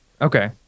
Okay